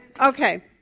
okay